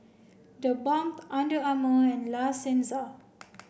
theBalm Under Armour and La Senza